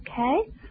okay